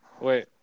Wait